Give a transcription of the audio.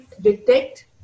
detect